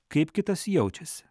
kaip kitas jaučiasi